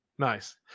nice